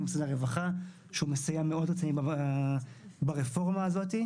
כמו משרד הרווחה שהוא מסייע רציני מאוד ברפורמה הזאת,